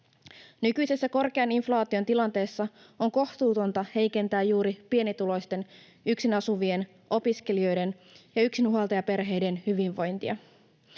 Nykyisessä korkean inflaation tilanteessa on kohtuutonta heikentää juuri pienituloisten, yksin asuvien, opiskelijoiden ja yksinhuoltajaperheiden hyvinvointia.